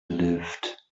lift